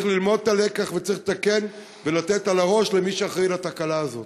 צריך ללמוד את הלקח וצריך לתקן ולתת על הראש למי שאחראי לתקלה הזאת.